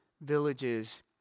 villages